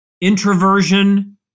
introversion